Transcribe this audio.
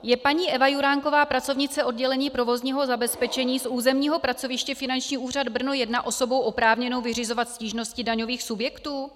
Je paní Eva Juráková, pracovnice oddělení provozního zabezpečení z územního pracoviště Finanční úřad Brno 1, osobou oprávněnou vyřizovat stížnosti daňových subjektů?